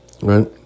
Right